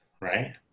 right